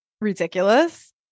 ridiculous